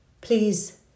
Please